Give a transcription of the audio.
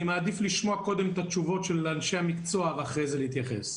אני מעדיף לשמוע קודם את התשובות של אנשי המקצוע ואחרי זה להתייחס.